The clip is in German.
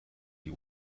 die